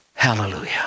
Hallelujah